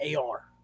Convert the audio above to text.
AR